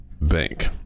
bank